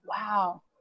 wow